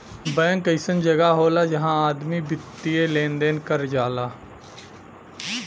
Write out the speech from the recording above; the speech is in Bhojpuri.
बैंक अइसन जगह होला जहां आदमी वित्तीय लेन देन कर जाला